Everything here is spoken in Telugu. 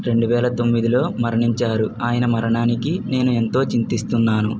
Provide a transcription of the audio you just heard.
రెండు వేల తొమ్మిదిలో మరణించారు ఆయన మరణానికి నేను ఎంతో చింతిస్తున్నాను